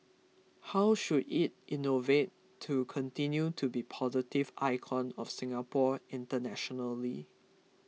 how should it innovate to continue to be a positive icon of Singapore internationally